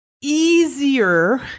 easier